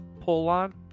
pull-on